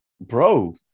Bro